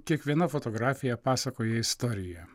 kiekviena fotografija pasakoja istoriją